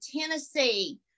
tennessee